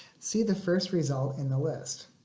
see the first result in the list.